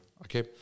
okay